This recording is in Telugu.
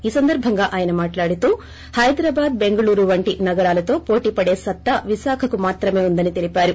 ఈ సందర్బంగా ఆయన మాట్లాడుతూ హైదరాబాద్ బెంగళూరు వంటి నగరాలతో పోటీపడే సత్తా విశాఖకు మాత్రమే ఉందని తెలిపారు